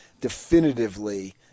definitively